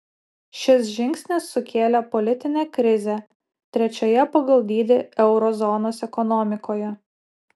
šis žingsnis sukėlė politinę krizę trečioje pagal dydį euro zonos ekonomikoje